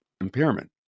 impairment